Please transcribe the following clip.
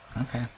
Okay